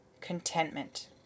contentment